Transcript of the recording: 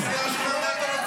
מה אתה רוצה?